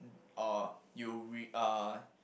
or you re~ uh